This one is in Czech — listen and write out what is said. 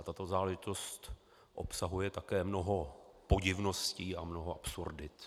Tato záležitost obsahuje také mnoho podivností a mnoho absurdit.